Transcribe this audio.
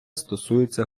стосується